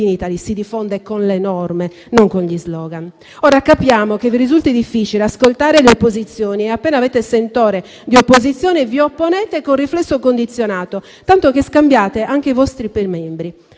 in Italy* si diffonde con le norme, non con gli slogan. Capiamo che vi risulti difficile ascoltare le opposizioni: appena ne avete il sentore vi opponete con un riflesso condizionato, tanto che scambiate anche i vostri membri.